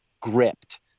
gripped